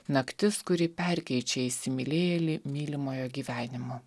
naktis kuri perkeičia įsimylėjėlį mylimojo gyvenimu